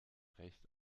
recht